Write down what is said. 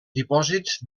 dipòsits